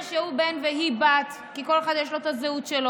ישיב במשולב שר החקלאות ופיתוח הכפר עודד פורר,